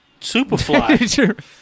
Superfly